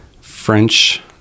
French